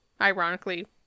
Ironically